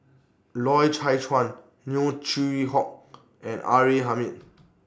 Loy Chye Chuan Neo Chwee Kok and R A Hamid